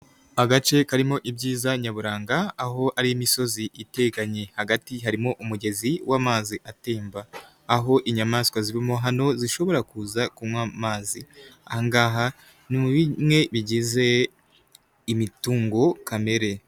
Agace karimo ibyiza nyaburanga aho ari imisozi iteganye hagati harimo umugezi w'amazi atemba, aho inyamaswa zirimo hano zishobora kuza kunywa amazi. Ahangaha ni mu bimwe bigize, imitungo kamere.